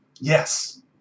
Yes